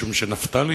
משום שנפתלי